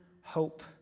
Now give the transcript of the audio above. hope